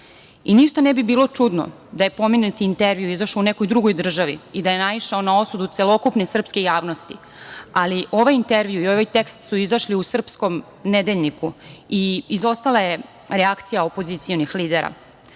ne bi bilo čudno da je pomenuti intervju izašao u nekoj drugoj državi i da je naišao na osudu celokupne srpske javnosti, ali ovaj intervju i ovaj tekst su izašli u srpskom „Nedeljniku“, i izostala je reakcija opozicionih lidera. Dragan